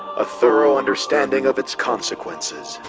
a thorough understanding of its consequences.